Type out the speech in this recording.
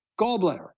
Gallbladder